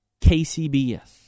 KCBS